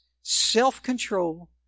self-control